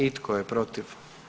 I tko je protiv?